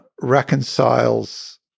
reconciles